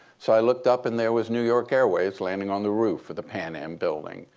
so i looked up, and there was new york airways landing on the roof of the pan am building.